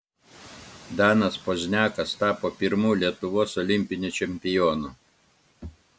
danas pozniakas tapo pirmu lietuvos olimpiniu čempionu